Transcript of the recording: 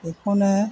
बेखौनो